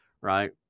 right